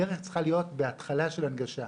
הדרך צריכה להיות בהתחלה של הנגשה.